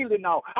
now